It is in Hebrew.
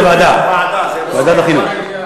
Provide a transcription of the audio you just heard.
ועדה, ועדת החינוך.